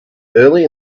early